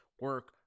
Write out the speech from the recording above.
Work